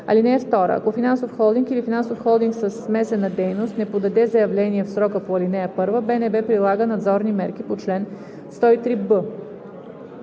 35а. (2) Ако финансов холдинг или финансов холдинг със смесена дейност не подаде заявление в срока по ал. 1, БНБ прилага надзорни мерки по чл. 103б.